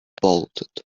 bolted